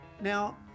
Now